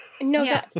No